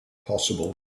possible